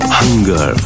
hunger